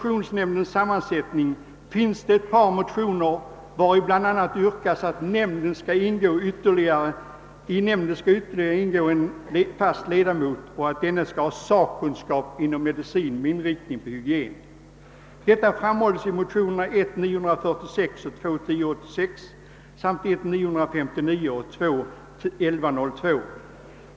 I ett par motioner yrkas bl.a. att i koncessionsnämnden skall ingå en fast ledamot och att denne skall ha sakkunskap inom medicin med inriktning på hygien. Detta framhålles i motionerna I: 946 och 1II:1086 samt 1:959 och II: 1102.